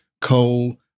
coal